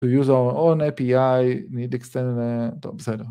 To use our own API, you need to extend טוב , בסדר